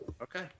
Okay